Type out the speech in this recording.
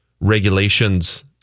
regulations